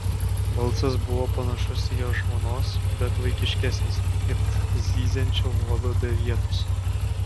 balsas buvo panašus į jo žmonos bet vaikiškesnis it zyziančio uodo be vietos